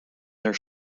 their